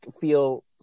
feel